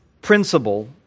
principle